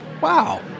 Wow